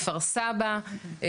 כפר סבא.